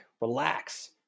relax